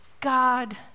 God